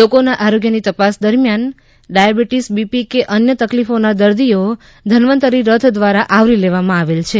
લોકોના આરોગ્યની તપાસ દરમિયાન ડાયાબીટીસ બીપી કે અન્ય તકલીફોના દર્દીઓ ધન્વંતરી રથ દ્વારા આવરી લેવામાં આવેલ છે